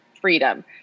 freedom